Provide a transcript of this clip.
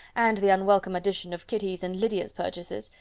and the unwelcome addition of kitty's and lydia's purchases,